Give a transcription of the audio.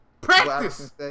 Practice